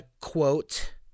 Quote